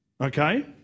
Okay